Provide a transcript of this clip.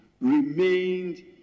remained